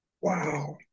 Wow